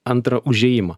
antrą užėjimą